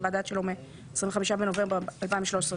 חוות דעת שלו מ-25 בנובמבר 2013,